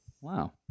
Wow